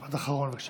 משפט אחרון, בבקשה.